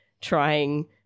trying